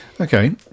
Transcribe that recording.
okay